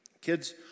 kids